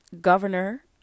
Governor